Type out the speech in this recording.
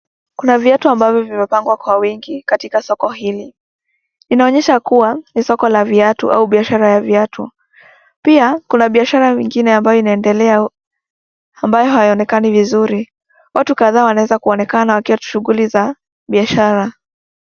Kuna viatu ambvyo vimepangwa kwa wingi katika soko hili. Inaonyesha kuwa ni soko la viatu au biashara ya viatu. Pia kuna biashara ingine ambayo inaendelea ambayo hayaonekani vizuri. Watu kadhaa wanaweza kuonekana wakiwa katika shughuli za biashara.